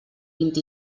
vint